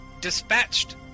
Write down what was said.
dispatched